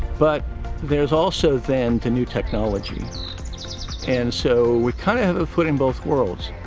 but there's also then the new technology and so we kind of have a foot in both worlds,